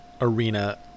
arena